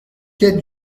quai